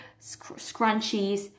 scrunchies